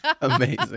amazing